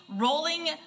rolling